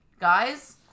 guys